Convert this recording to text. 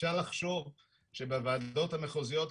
אפשר לחשוב שבוועדות המחוזיות,